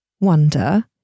wonder